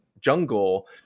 jungle